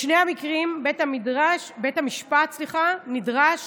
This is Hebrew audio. בשני המקרים בית המשפט נדרש